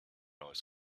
always